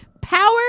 power